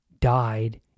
died